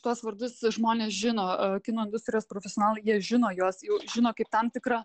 šituos vardus žmones žino kino industrijos profesionalai jie žino juos jau žino kaip tam tikrą